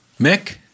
Mick